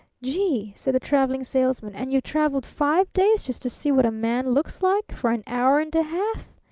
gee! said the traveling salesman. and you've traveled five days just to see what a man looks like for an hour and a half?